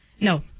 no